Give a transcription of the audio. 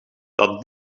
dat